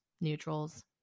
Neutrals